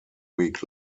week